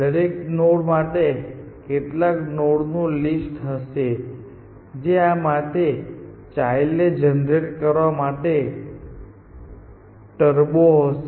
દરેક નોડ માટે કેટલાક નોડ્સનું લિસ્ટ હશે જે આ માટે ચાઈલ્ડ ને જનરેટ કરવા માટે ટર્બો હશે